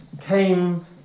came